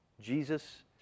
Jesus